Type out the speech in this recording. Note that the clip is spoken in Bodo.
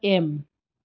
एम